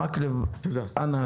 מקלב, תודה.